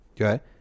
okay